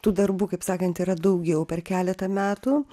tų darbų kaip sakant yra daugiau per keletą metų